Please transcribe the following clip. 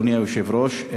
אדוני היושב-ראש,